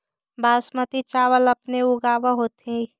बासमती चाबल अपने ऊगाब होथिं?